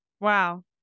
Wow